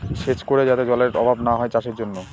সেচ করে যাতে জলেরর অভাব না হয় চাষের জন্য